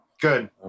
good